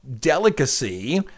delicacy